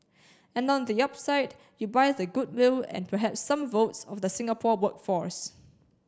and on the upside you buy the goodwill and perhaps some votes of the Singapore workforce